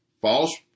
false